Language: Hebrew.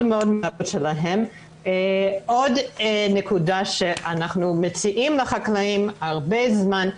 מאוד --- עוד נקודה שאנחנו מציעים לחקלאים הרבה זמן,